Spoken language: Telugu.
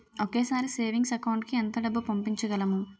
ఒకేసారి సేవింగ్స్ అకౌంట్ కి ఎంత డబ్బు పంపించగలము?